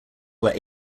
were